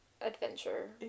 adventure